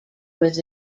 was